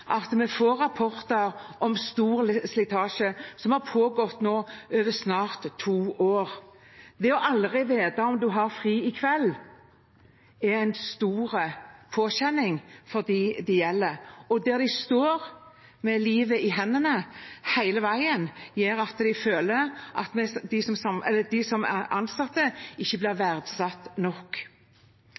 at vi får rapporter om at det er stor slitasje, som nå har pågått over snart to år. Det aldri å vite om en har fri i kveld, er en stor påkjenning for dem det gjelder, der de hele veien står med livet i hendene. Det gjør at de som ansatte føler at